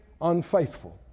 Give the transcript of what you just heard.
unfaithful